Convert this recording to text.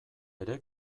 ere